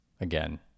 again